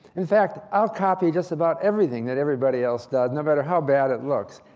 in fact, i'll copy just about everything that everybody else does, no matter how bad it looks.